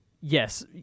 yes